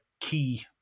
key